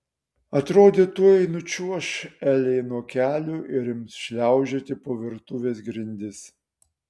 atrodė tuoj nučiuoš elei nuo kelių ir ims šliaužioti po virtuvės grindis